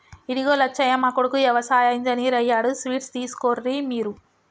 ఇదిగో లచ్చయ్య మా కొడుకు యవసాయ ఇంజనీర్ అయ్యాడు స్వీట్స్ తీసుకోర్రి మీరు